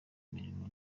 imirimo